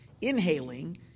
Inhaling